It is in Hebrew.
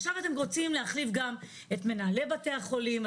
עכשיו אתם רוצים להחליף גם את מנהלי בתי החולים.